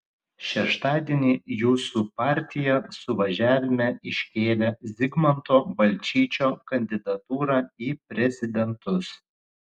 šeštadienį jūsų partija suvažiavime iškėlė zigmanto balčyčio kandidatūrą į prezidentus